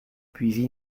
puis